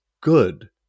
good